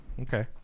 Okay